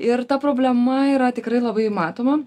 ir ta problema yra tikrai labai matoma